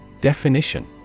Definition